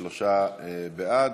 אם כן, שלושה בעד.